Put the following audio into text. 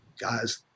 guys